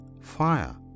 fire